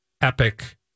epic